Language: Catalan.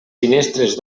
finestres